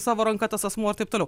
savo ranka tas asmuo taip toliau